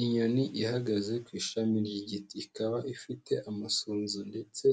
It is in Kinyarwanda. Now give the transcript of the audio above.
Inyoni ihagaze ku ishami ry'igiti ikaba ifite amasunzu ndetse